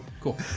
cool